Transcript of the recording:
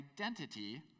identity